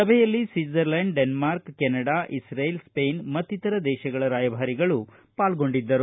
ಸಭೆಯಲ್ಲಿ Switzerland Denmark Canada Israel Sweden ಮತ್ತಿತರ ದೇಶಗಳ ರಾಯಭಾರಿಗಳು ಪಾಲ್ಗೊಂಡಿದ್ದರು